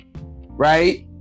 Right